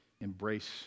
embrace